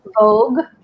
Vogue